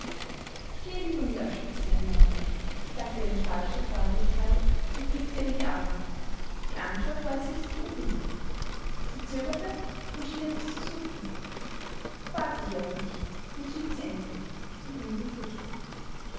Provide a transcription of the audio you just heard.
ich gehe lieber mit euch spazieren mama sagte er mit falscher freundlichkeit und blickte ihr in die augen die antwort war ihr sichtlich ungelegen sie zögerte und schien etwas zu suchen warte hier auf mich entschied sie endlich und ging zum frühstück